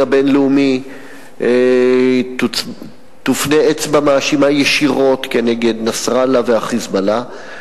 הבין-לאומי תופנה אצבע מאשימה ישירות כנגד נסראללה וה"חיזבאללה",